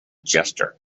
jester